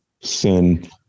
sin